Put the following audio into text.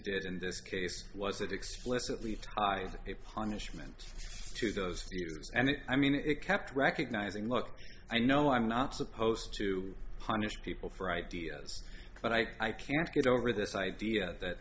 did in this case was it explicitly a punishment to those things and i mean it kept recognizing look i know i'm not supposed to punish people for ideas but i can't get over this idea that